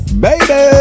baby